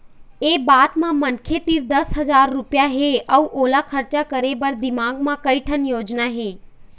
ए बात म मनखे तीर दस हजार रूपिया हे अउ ओला खरचा करे बर ओखर दिमाक म कइ ठन योजना हे